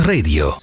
Radio